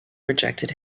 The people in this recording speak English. rejected